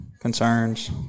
concerns